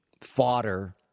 fodder